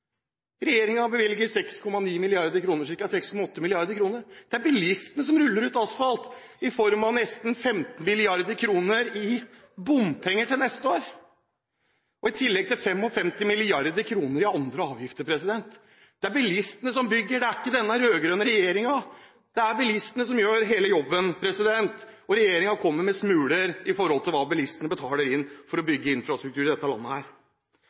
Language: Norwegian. bevilger 6,8 mrd. kr. Det er bilistene som ruller ut asfalt i form av nesten 15 mrd. kr i bompenger neste år, i tillegg til 55 mrd. kr i andre avgifter. Det er bilistene som bygger, det er ikke denne rød-grønne regjeringen. Det er bilistene som gjør hele jobben. Regjeringen kommer med smuler i forhold til hva bilistene betaler inn for å bygge infrastruktur i dette landet.